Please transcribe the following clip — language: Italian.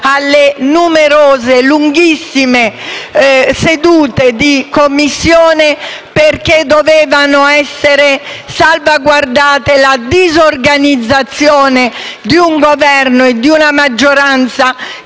alle numerose e lunghissime sedute di Commissione. Doveva essere salvaguardata la disorganizzazione di un Governo e di una maggioranza